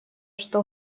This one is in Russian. что